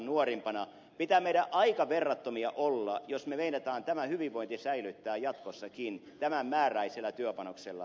pitää meidän aika verrattomia olla jos me meinaamme tämän hyvinvoinnin säilyttää jatkossakin tämän määräisellä työpanoksella